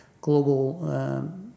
Global